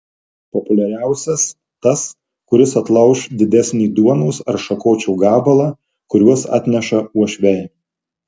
populiariausias tas kuris atlauš didesnį duonos ar šakočio gabalą kuriuos atneša uošviai